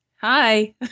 Hi